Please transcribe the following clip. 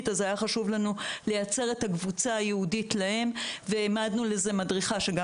אז היה חשוב לנו לייצר את הקבוצה הייעודית להם והעמדנו לכך מדריכה שגם